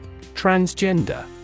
Transgender